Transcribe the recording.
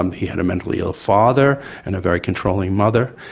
um he had a mentally ill father and a very controlling mother,